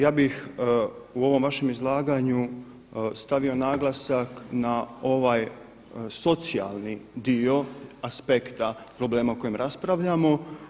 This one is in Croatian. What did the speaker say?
Ja bih u ovom vašem izlaganju stavio naglasak na ovaj socijalni dio aspekta problema o kojem raspravljamo.